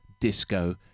disco